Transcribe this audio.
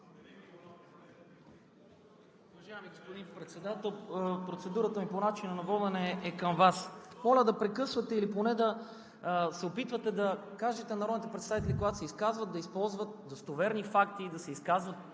Уважаеми господин Председател, процедурата ми по начина на водене е към Вас. Моля да прекъсвате или поне да се опитвате да кажете на народните представители, когато се изказват, да използват достоверни факти, да се изказват